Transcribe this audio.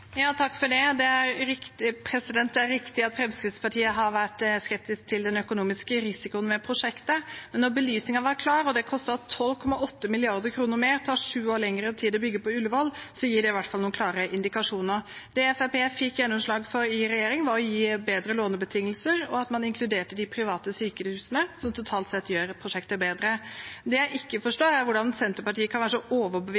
Det er riktig at Fremskrittspartiet har vært skeptisk til den økonomiske risikoen ved prosjektet. Men når belysningen er klar og det koster 12,8 mrd. kr mer og tar sju år lengre tid å bygge på Ullevål, gir det i hvert fall noen klare indikasjoner. Det Fremskrittspartiet fikk gjennomslag for i regjering, var å gi bedre lånebetingelser, og at man inkluderte de private sykehusene, som totalt sett gjør prosjektet bedre. Det jeg ikke forstår, er hvordan Senterpartiet kan være så overbevist